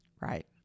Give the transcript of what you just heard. Right